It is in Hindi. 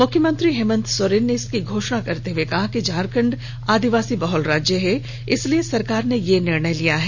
मुख्यमंत्री हेमंत सोरेन ने इसकी घोषणा करते हुए कहा कि झारखंड आदिवासी बहल राज्य है इसलिए सरकार ने यह निर्णय लिया है